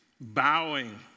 Bowing